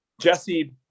Jesse